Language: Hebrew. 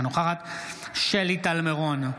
אינה נוכחת שלי טל מירון,